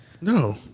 No